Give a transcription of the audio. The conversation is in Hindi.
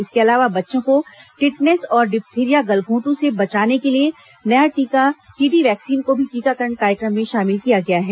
इसके अलावा बच्चों को टिटनेस और डिथ्थिरिया गलघोट्र से बचाने के लिए नया टीका टीडी वैक्सीन को भी टीकाकरण कार्यक्रम में शामिल किया गया है